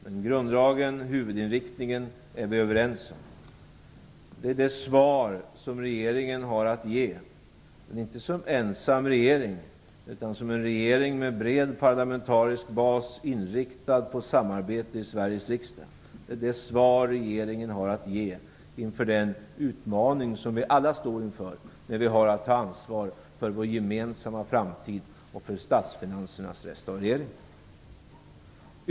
Men grunddragen och huvudinriktningen är vi överens om. Det är det svar som regeringen har att ge, men inte som en ensam regering utan som en regering med bred parlamentarisk bas inriktad på samarbete i Sveriges riksdag. Det är det svar som regeringen har att ge inför den utmaning som vi alla står inför där vi har att ta ansvar för vår gemensamma framtid och för statsfinansernas restaurering.